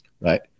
right